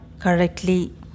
correctly